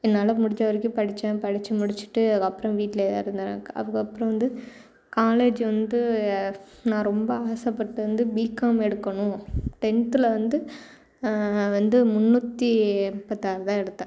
என்னால் முடிஞ்ச வரைக்கும் படித்தேன் படித்து முடிச்சுட்டு அதுக்கப்புறம் வீட்டுலயே தான் இருந்தேன் அதுக்கு அதுக்கப்புறம் வந்து காலேஜ் வந்து நான் ரொம்ப ஆசைப்பட்டது வந்து பிகாம் எடுக்கணும் டென்த்தில் வந்து வந்து முந்நூற்றி முப்பத்தாறு தான் எடுத்தேன்